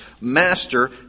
Master